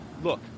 Look